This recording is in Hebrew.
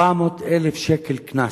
400,000 שקל קנס,